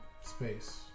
space